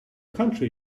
country